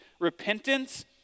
repentance